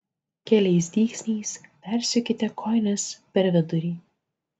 keliais dygsniais persiūkite kojines per vidurį